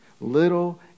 little